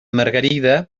margarida